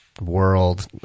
world